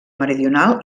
meridional